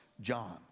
John